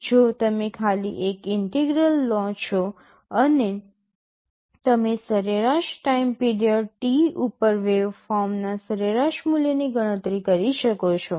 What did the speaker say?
જો તમે ખાલી એક ઇન્ટેગ્રલ લો છો અને તમે સરેરાશ ટાઇમ પીરિયડ T ઉપર વેવફોર્મના સરેરાશ મૂલ્યની ગણતરી કરી શકો છો